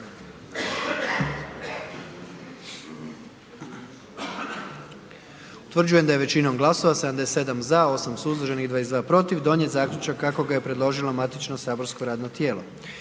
Utvrđujem da je većinom glasova 88 za, 10 glasova protiv donesen zaključak kako ga je predložio matični saborski odbor.